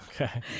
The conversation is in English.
Okay